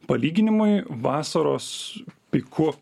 palyginimui vasaros piku